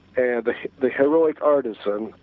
and the the heroic artisan,